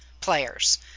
players